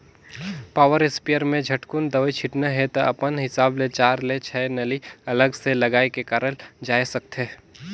power sprayer में झटकुन दवई छिटना हे त अपन हिसाब ले चार ले छै नली अलग से लगाये के करल जाए सकथे